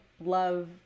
love